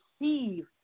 receive